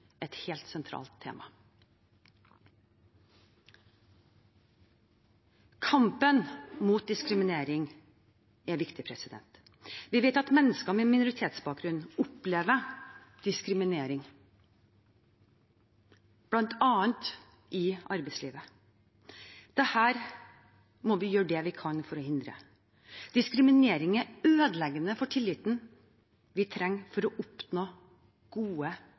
et helt sentralt tema. Kampen mot diskriminering er viktig. Vi vet at mennesker med minoritetsbakgrunn opplever diskriminering, bl.a. i arbeidslivet. Dette må vi gjøre det vi kan for å hindre. Diskriminering er ødeleggende for tilliten vi trenger for å oppnå gode